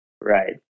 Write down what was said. right